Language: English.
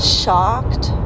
shocked